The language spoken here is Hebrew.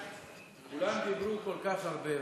כולם דיברו כל כך הרבה,